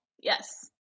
Yes